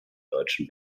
deutschen